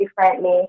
differently